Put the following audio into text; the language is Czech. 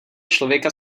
člověka